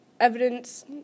evidence